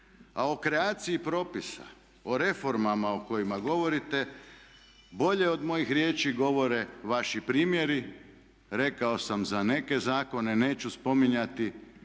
A o kreaciji propisa, o reformama o kojima govorite bolje od mojih riječi govore vaši primjeri. Rekao sam za neke zakone neću spominjati